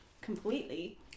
completely